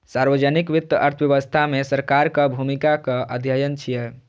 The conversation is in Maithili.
सार्वजनिक वित्त अर्थव्यवस्था मे सरकारक भूमिकाक अध्ययन छियै